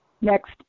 Next